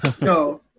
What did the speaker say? No